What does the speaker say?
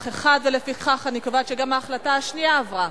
לפיכך אני קובעת שגם ההחלטה השנייה עברה.